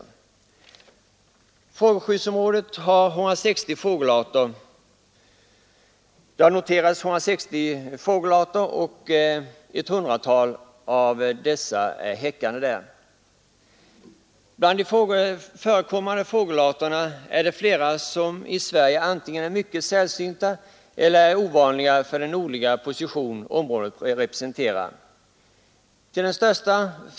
I fågelskyddsområdet har 160 fågelarter noterats, och ett hundratal häckar där årligen. Bland de förekommande fågelarterna är flera antingen mycket sällsynta i Sverige eller ovanliga för den nordliga position området har.